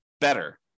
better